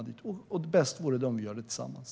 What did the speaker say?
Det bästa är om vi gör det tillsammans.